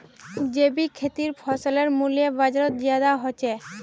जैविक खेतीर फसलेर मूल्य बजारोत ज्यादा होचे